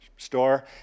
store